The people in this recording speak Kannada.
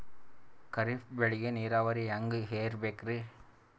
ಖರೀಫ್ ಬೇಳಿಗ ನೀರಾವರಿ ಹ್ಯಾಂಗ್ ಇರ್ಬೇಕರಿ?